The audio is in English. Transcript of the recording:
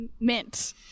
mint